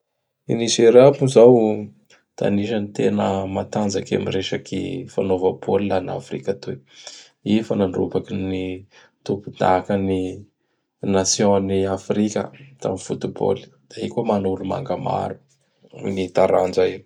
I Nizeria moa zao da anisan'ny tena matanjaky am resaky fanaova-bôly laha an'Afrika atoy. I fa nadrobaky ny tompon-dakan'ny Nation ny Afrika tam Foot-ball. Da i mana olomanga maro ami taranja io.